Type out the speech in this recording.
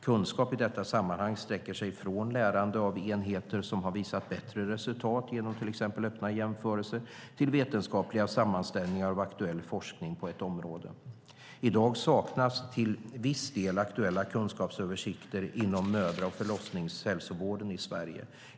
Kunskap i detta sammanhang sträcker sig från lärande av enheter som har visat bättre resultat genom till exempel öppna jämförelser till vetenskapliga sammanställningar av aktuell forskning på ett område. I dag saknas till viss del aktuella kunskapsöversikter inom mödra och förlossningshälsovården i Sverige.